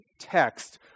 text